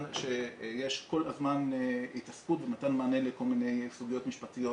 שיש כל הזמן התעסקות במתן מענה לכל מיני סוגיות משפטיות